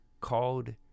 called